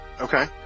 Okay